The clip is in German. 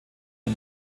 den